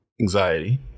anxiety